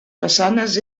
façanes